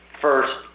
first